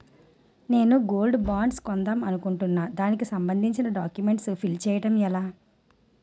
నేను gold bonds కొందాం అనుకుంటున్నా దానికి సంబందించిన డాక్యుమెంట్స్ ఫిల్ చేయడం ఎలా?